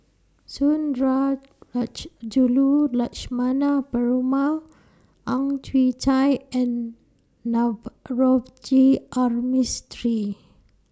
Sundarajulu Lakshmana Perumal Ang Chwee Chai and Navroji R Mistri